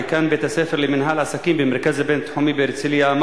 דיקן בית הספר למינהל עסקים במרכז הבין-תחומי בהרצלייה,